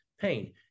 pain